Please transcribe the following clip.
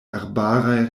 arbaraj